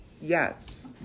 Yes